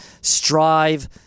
strive